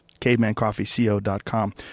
CavemanCoffeeCO.com